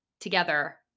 together